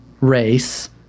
race